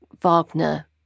Wagner